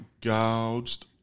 gouged